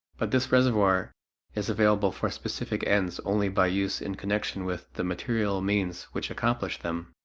but this reservoir is available for specific ends only by use in connection with the material means which accomplish them.